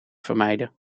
vermijden